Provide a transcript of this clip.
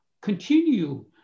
continue